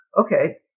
okay